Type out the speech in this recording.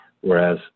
whereas